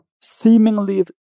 seemingly